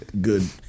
good